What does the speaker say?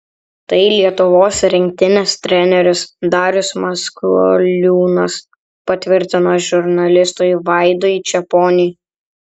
tai lietuvos rinktinės treneris darius maskoliūnas patvirtino žurnalistui vaidui čeponiui